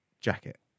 jacket